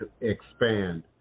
expand